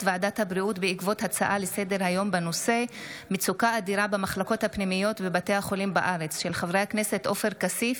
ועדת הבריאות בעקבות דיון בהצעתם של חברי הכנסת עופר כסיף,